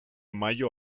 mayo